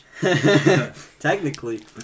Technically